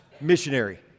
missionary